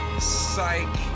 Psych